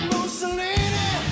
Mussolini